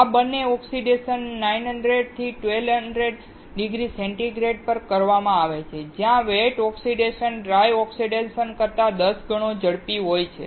આ બંને ઓક્સિડેશન 900 થી 1200 ડિગ્રી સેન્ટીગ્રેડ પર કરવામાં આવે છે જ્યાં વેટ ઓક્સિડેશન ડ્રાય ઓક્સિડેશન કરતા 10 ગણો ઝડપી હોય છે